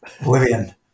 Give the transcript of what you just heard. oblivion